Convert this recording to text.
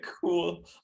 cool